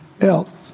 else